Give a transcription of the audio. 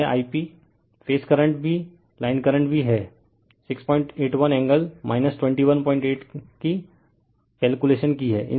और यह I p phase current भी लाइन करंट है 681 एंगल 218 की कैलकुलेशन की है